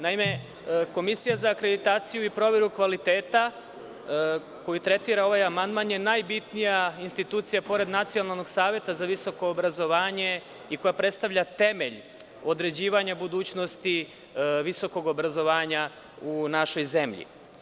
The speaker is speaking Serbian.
Naime, Komisija za akreditaciju i proveru kvaliteta, koju tretira ovaj amandman, je najbitnija institucija pored Nacionalnog saveta za visoko obrazovanje i koja predstavlja temelj određivanja budućnosti visokog obrazovanja u našoj zemlji.